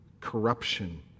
corruption